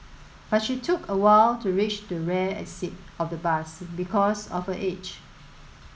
but she took a while to reach the rear exit of the bus because of her age